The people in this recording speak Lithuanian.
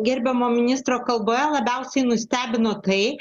gerbiamo ministro kalboje labiausiai nustebino tai